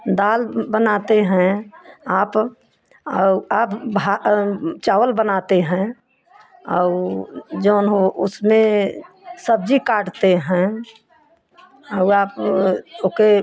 दाल बनाते हैं आप और आप भात चावल बनाते हैं और जौन हो उसमें सब्ज़ी काटते हैं और आप ओके